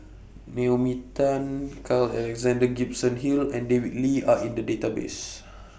Naomi Tan Carl Alexander Gibson Hill and David Lee Are in The Database